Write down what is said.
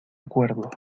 acuerdo